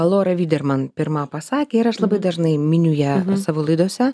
lora viderman pirma pasakė ir aš labai dažnai miniu ją savo laidose